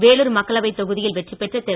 வேலூர் மக்களவை தொகுதியில் வெற்றி பெற்ற திரு